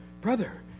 brother